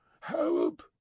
Help